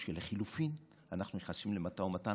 או שלחלופין אנחנו נכנסים למשא ומתן,